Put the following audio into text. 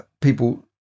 people